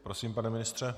Prosím, pane ministře.